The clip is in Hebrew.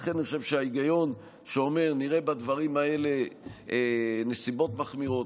לכן אני חושב שההיגיון אומר שנראה בדברים האלה נסיבות מחמירות,